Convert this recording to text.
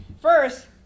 First